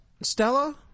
Stella